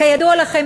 כידוע לכם,